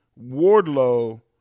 Wardlow